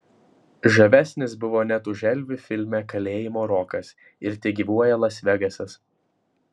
žavesnis buvo net už elvį filme kalėjimo rokas ir tegyvuoja las vegasas